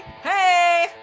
Hey